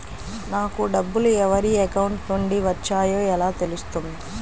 నాకు డబ్బులు ఎవరి అకౌంట్ నుండి వచ్చాయో ఎలా తెలుస్తుంది?